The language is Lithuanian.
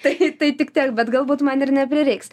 tai tai tik tiek bet galbūt man ir neprireiks